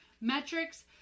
metrics